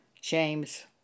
James